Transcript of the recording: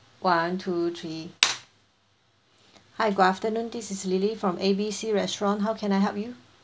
one two three hi good afternoon this is lily from A B C restaurant how can I help you